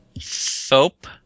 Soap